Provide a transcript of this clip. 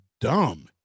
dumb